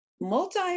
multi